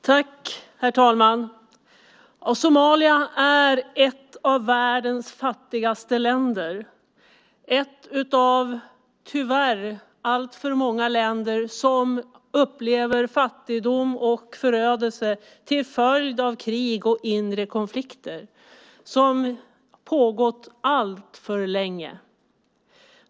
Herr talman! Somalia är ett av världens fattigaste länder. Det är ett av, tyvärr, alltför många länder som upplever fattigdom och förödelse till följd av krig och inre konflikter som pågått alltför länge.